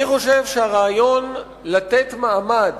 אני חושב שהרעיון לתת מעמד